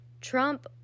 Trump